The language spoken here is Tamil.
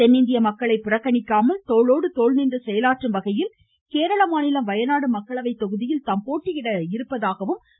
தென்னிந்திய மக்களை புறக்கணிக்காமல் தோளோடு தோள் நின்று செயலாற்றும் வகையில் தாம் கேரள மாநிலம் வயநாடு மக்களவை தொகுதியில் போட்டியிட உள்ளதாக கூறினார்